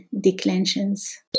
declensions